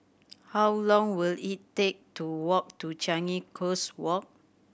how long will it take to walk to Changi Coast Walk